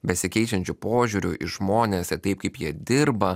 besikeičiančiu požiūriu į žmones ir taip kaip jie dirba